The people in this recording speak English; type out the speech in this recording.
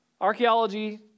Archaeology